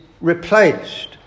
replaced